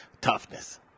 toughness